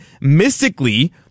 mystically